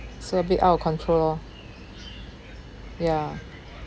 so a bit out of control lor ya